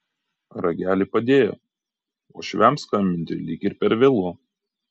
ragelį padėjo uošviams skambinti lyg ir per vėlu